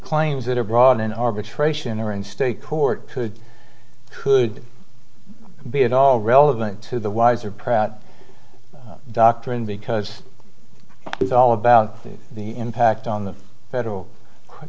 claims that are brought in arbitration or in state court could could be at all relevant to the wider prout doctrine because it's all about the impact on the federal c